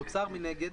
באוצר, מנגד,